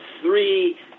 three